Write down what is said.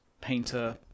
painter